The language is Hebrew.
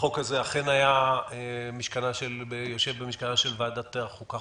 החוק הזה אכן היה יושב במשכנה של ועדת החוקה,